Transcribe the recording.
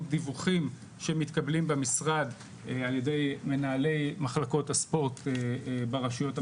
דיווחים שמתקבלים במשרד על-ידי מנהלי מחלקות הספורט ברשויות המקומיות,